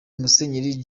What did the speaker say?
musenyeri